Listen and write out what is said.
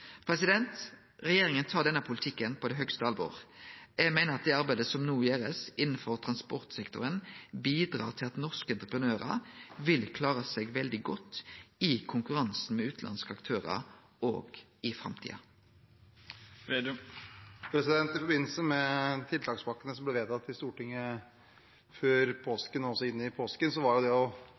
Regjeringa tar denne politikken på det høgste alvor. Eg meiner at det arbeidet som no blir gjort innanfor transportsektoren, bidreg til at norske entreprenørar vil klare seg veldig godt i konkurransen med utanlandske aktørar òg i framtida. I forbindelse med tiltakspakkene som ble vedtatt i Stortinget før og i påsken, var det å få satt hjulene i gang en viktig del. I første omgang var det inntektssikring og